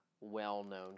well-known